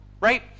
right